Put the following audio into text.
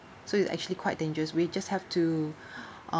so it's actually quite dangerous we just have to